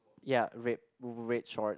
ya red red short